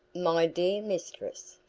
my dear mistress!